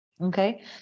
okay